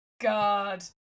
God